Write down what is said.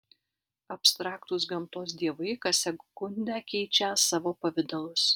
abstraktūs gamtos dievai kas sekundę keičią savo pavidalus